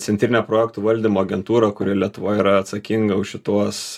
centrinė projektų valdymo agentūra kuri lietuvoj yra atsakinga už šituos